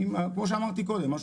כמו שאמרתי קודם,